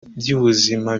by’ubuzima